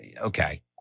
Okay